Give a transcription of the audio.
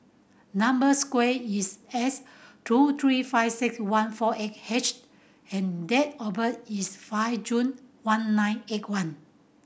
number square is S two three five six one four eight H and date of birth is five June one nine eight one